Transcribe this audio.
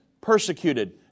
persecuted